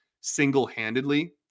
single-handedly